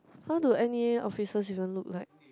how do N_E_A officers even look like